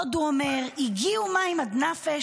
עוד הוא אומר: הגיעו מים עד נפש,